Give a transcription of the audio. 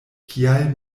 kial